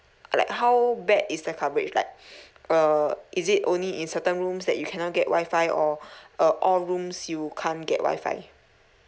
like how bad is the coverage like uh is it only in certain rooms that you cannot get wifi or uh all rooms you can't get wifi